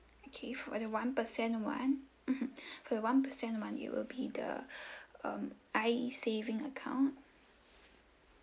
okay for the one percent one mmhmm for the one percent one it will be the um I saving account